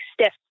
stiff